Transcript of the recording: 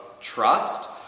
trust